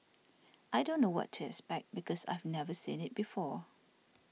I don't know what to expect because I've never seen it before